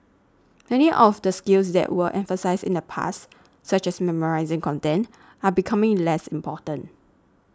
many of the skills that were emphasised in the past such as memorising content are becoming less important